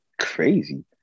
crazy